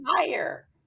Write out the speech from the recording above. higher